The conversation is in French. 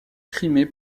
crimée